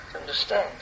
understand